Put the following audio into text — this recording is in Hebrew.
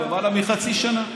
למעלה מחצי שנה.